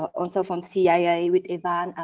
also from ceia with evan,